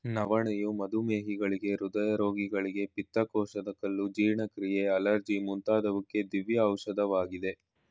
ನವಣೆಯು ಮಧುಮೇಹಿಗಳಿಗೆ, ಹೃದಯ ರೋಗಿಗಳಿಗೆ, ಪಿತ್ತಕೋಶದ ಕಲ್ಲು, ಜೀರ್ಣಕ್ರಿಯೆ, ಅಲರ್ಜಿ ಮುಂತಾದುವಕ್ಕೆ ದಿವ್ಯ ಔಷಧವಾಗಿದೆ